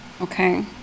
okay